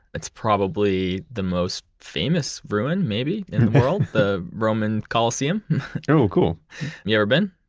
it's probably the most famous ruin maybe in the world, the roman colosseum oh, cool you ever been?